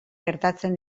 gertatzen